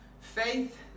Faith